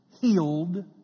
healed